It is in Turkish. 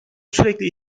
sürekli